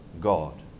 god